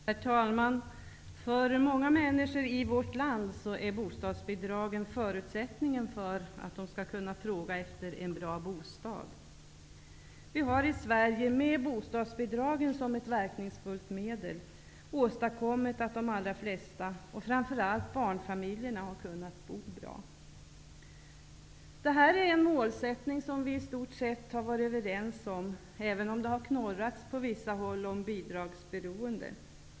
Herr talman! För många människor i vårt land är bostadsbidragen förutsättningen för att de skall kunna efterfråga en bra bostad. Vi har i Sverige med bostadsbidragen som ett verkningsfullt medel åstadkommit att de allra flesta, och framför allt barnfamiljerna, har kunnat bo bra. Detta är en målsättning som vi i stort sett har varit överens om, även om det har knorrats från vissa håll om bidragsberoende.